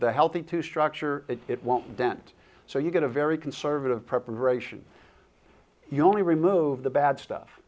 the healthy to structure it won't dent so you get a very conservative preparation you only remove the bad stuff